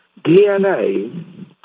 DNA